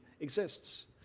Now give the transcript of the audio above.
exists